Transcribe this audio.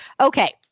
Okay